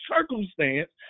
circumstance